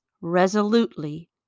resolutely